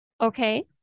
Okay